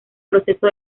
proceso